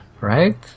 right